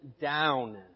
down